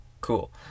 cool